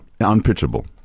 unpitchable